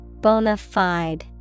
Bonafide